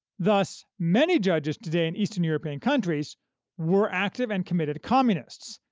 thus, many judges today in eastern european countries were active and committed communists,